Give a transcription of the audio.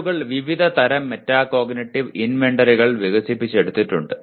ആളുകൾ വിവിധതരം മെറ്റാകോഗ്നിറ്റീവ് ഇൻവെന്ററികൾ വികസിപ്പിച്ചെടുത്തിട്ടുണ്ട്